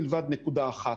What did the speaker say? מלבד נקודה אחת.